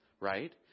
right